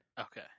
Okay